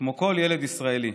כמו כל ילד ישראלי,